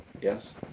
yes